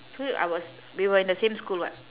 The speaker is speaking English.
so I was we were in the same school [what]